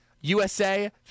USA